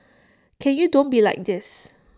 can you don't be like this